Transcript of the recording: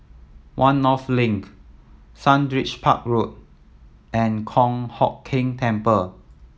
One North Link Sundridge Park Road and Kong Hock Keng Temple